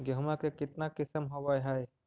गेहूमा के कितना किसम होबै है?